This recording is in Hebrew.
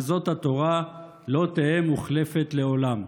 וזאת התורה לא תהיה מוחלפת לעולם.